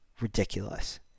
ridiculous